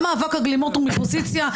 גם מאבק הגלימות הוא מפוזיציה.